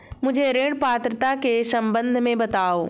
मुझे ऋण पात्रता के सम्बन्ध में बताओ?